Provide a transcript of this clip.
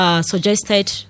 Suggested